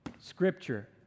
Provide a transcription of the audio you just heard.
Scripture